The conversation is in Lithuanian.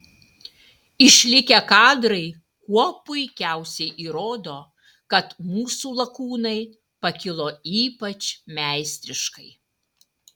išlikę kadrai kuo puikiausiai įrodo kad mūsų lakūnai pakilo ypač meistriškai